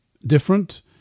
different